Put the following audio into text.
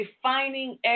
defining